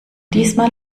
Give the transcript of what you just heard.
diesmal